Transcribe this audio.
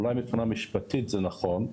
אולי מבחינה משפטית זה נכון,